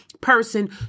person